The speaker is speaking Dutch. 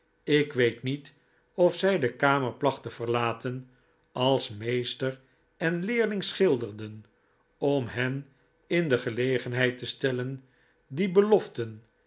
ik weet niet of zij de kamer placht te verlaten als meester en leerling schilderden om hen in de gelegenheid te stellen die beloften